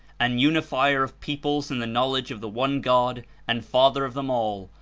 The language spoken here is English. an unifier of peoples in the knowledge of the one god and father of them all,